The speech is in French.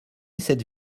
cette